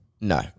No